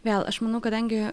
vėl aš manau kadangi